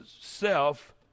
self